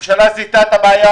הממשלה זיהתה את הבעיה